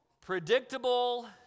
Predictable